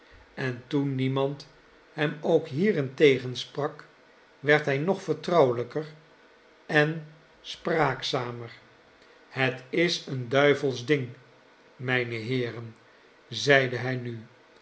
en toen niemand hem ook hierin tegensprak werd hij nog vertrouwelijker en spraakzamer het is een duivelsch ding mijne heeren zeide hij nu